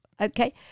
okay